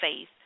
faith